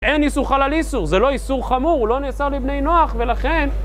אין איסור חל על איסור, זה לא איסור חמור, הוא לא נאסר לבני נֹח ולכן...